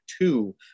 two